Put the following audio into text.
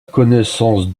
connaissance